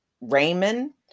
Raymond